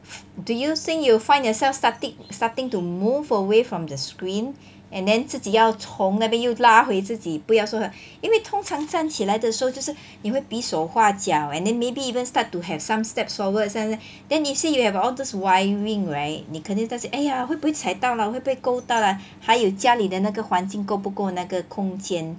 do you think you will find yourself starting starting to move away from the screen and then 自己要从那边又拉回自己不要说因为通常站起来的时候就是因为比手画脚 and then maybe even start to have some steps forwards and then you see you have all this why wiring right 你肯定担心 !aiya! 会不会踩到 lah 会不会勾到还有家里的那个环境够不够那个空间